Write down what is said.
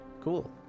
cool